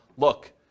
look